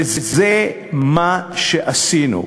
וזה מה שעשינו.